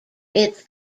its